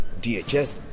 DHS